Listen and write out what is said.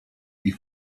ich